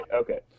Okay